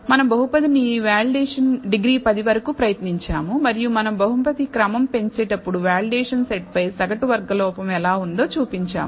మనం బహుపదిని డిగ్రీ 10 వరకు ప్రయత్నించాము మరియు మనం బహుపది క్రమం పెంచేటప్పుడు వాలిడేషన్ సెట్ పై సగటు వర్గ లోపం ఎలా ఉందో చూపించాము